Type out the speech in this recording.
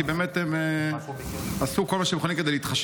כי הם עשו כל מה שהם יכולים כדי להתחשב